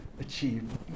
achieve